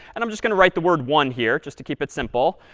and i'm just going to write the word one here just to keep it simple.